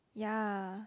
ya